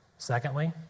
Secondly